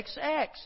XX